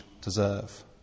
deserve